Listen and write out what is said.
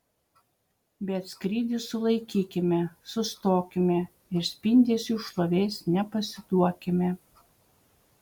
bet skrydį sulaikykime sustokime ir spindesiui šlovės nepasiduokime